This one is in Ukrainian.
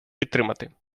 підтримати